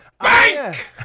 bank